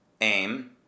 aim